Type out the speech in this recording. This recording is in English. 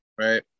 Right